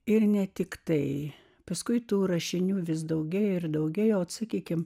ir ne tiktai paskui tų rašinių vis daugiau ir daugiau sakykime